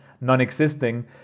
non-existing